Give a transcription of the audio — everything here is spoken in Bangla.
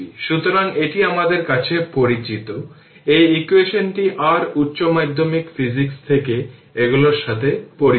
সুতরাং এটি আমাদের কাছে পরিচিত এই ইকুয়েশনটি r উচ্চ মাধ্যমিক ফিজিক্স থেকে এইগুলির সাথে পরিচিত